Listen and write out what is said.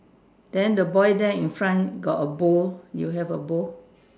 then the boy there in front got a bowl you have a bowl